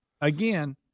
Again